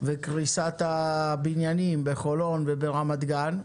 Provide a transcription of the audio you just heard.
וקריסת הבניינים בחולון וברמת גן.